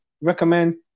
recommend